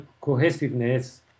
cohesiveness